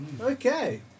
Okay